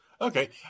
Okay